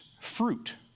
fruit